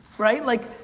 right, like,